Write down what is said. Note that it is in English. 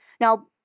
Now